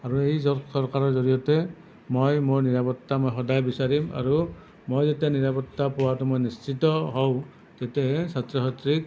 আৰু এই চৰকাৰৰ জড়িয়তে মই মোৰ নিৰাপত্তা মই সদায় বিচাৰিম আৰু মই যেতিয়া নিৰাপত্তা পোৱাতো মই নিশ্চিত হওঁ তেতিয়াহে ছাত্ৰ ছাত্ৰীক